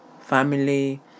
family